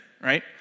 right